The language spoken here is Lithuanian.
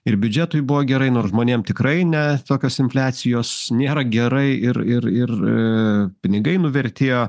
ir biudžetui buvo gerai nors žmonėm tikrai ne tokios infliacijos nėra gerai ir ir ir a pinigai nuvertėjo